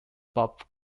bop